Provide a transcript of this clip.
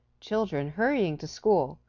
children, hurrying to school,